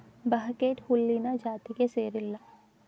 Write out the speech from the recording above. buckwheat ಹುಲ್ಲಿನ ಜಾತಿಗೆ ಸೇರಿಲ್ಲಾ